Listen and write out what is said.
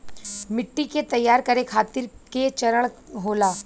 मिट्टी के तैयार करें खातिर के चरण होला?